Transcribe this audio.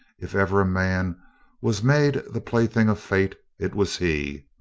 if ever a man was made the plaything of fate, it was he.